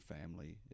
family